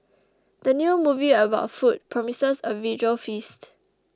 the new movie about food promises a visual feast